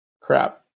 Crap